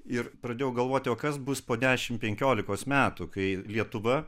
ir pradėjau galvoti o kas bus po dešimt penkiolikos metų kai lietuva